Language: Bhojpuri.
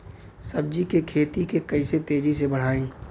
सब्जी के खेती के कइसे तेजी से बढ़ाई?